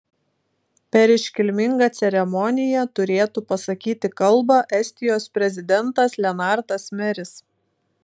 per iškilmingą ceremoniją turėtų pasakyti kalbą estijos prezidentas lenartas meris